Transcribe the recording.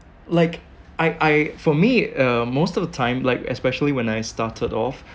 like I I for me uh most of the time like especially when I started off